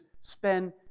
spend